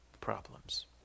problems